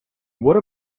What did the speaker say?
what